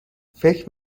فکر